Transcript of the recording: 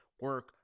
Work